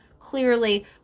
clearly